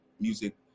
Music